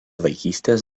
vaikystės